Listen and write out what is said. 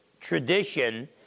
tradition